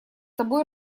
тобой